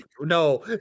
No